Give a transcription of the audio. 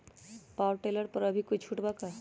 Power tiller पर अभी कोई छुट बा का?